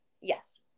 yes